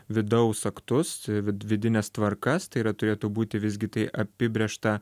vidaus aktus vidines tvarkas tai yra turėtų būti visgi tai apibrėžta